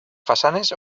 façanes